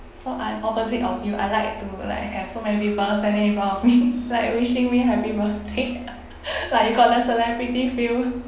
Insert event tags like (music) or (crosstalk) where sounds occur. so I'm opposite of you I like to like have so many people standing in front of me like wishing me happy birthday (laughs) like got the celebrity feel